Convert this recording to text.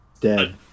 Dead